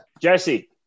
Jesse